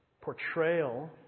portrayal